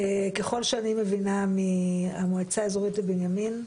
ככל שאני מבינה מהמועצה האזורית בבנימין,